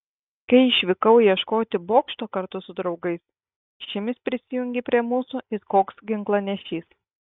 kai išvykau ieškoti bokšto kartu su draugais šimis prisijungė prie mūsų it koks ginklanešys